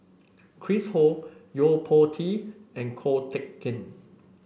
Chris Ho Yo Po Tee and Ko Teck Kin